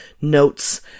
notes